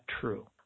true